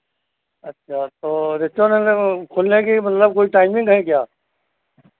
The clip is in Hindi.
अच्छा तो रेस्टोरेंट खुलने की मतलब कोई टाइमिंग है क्या